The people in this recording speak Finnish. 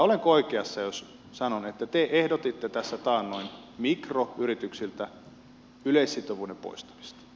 olenko oikeassa jos sanon että te ehdotitte tässä taannoin mikroyrityksiltä yleissitovuuden poistamista